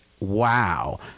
wow